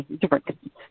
different